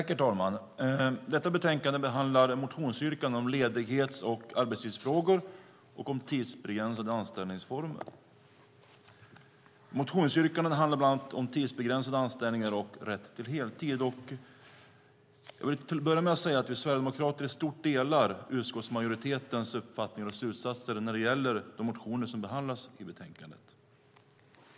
Herr talman! Detta betänkande behandlar motionsyrkanden om ledighets och arbetstidsfrågor och om tidsbegränsade anställningsformer. Motionsyrkandena handlar bland annat om tidsbegränsade anställningar och rätt till heltid. Jag vill till att börja med säga att vi sverigedemokrater i stort delar utskottsmajoritetens uppfattning och slutsatser när det gäller de motioner som behandlas i betänkandet.